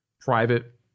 private